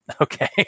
okay